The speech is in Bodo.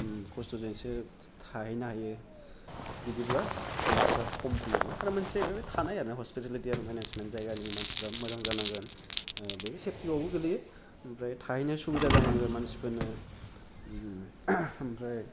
खस्थ'जोंसो थाहैनो हायो बिदिबा मानसि फोरा खम फैयो आरो ना आरो मोनसे जायैबाय थानाय आरो ना हस्पिटेलिथि आरो मेनेजमेन्ट जायगानि मानसिफोरा मोजां जानांगोन बेबो सेबथियावबो गोलैयो ओमफ्राय थायैनाय सुबिदा जानांगोन मानसिफोरनो ओमफ्राय